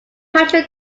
patrol